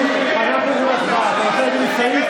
להמשיך ברצף?